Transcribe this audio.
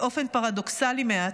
באופן פרדוקסלי מעט,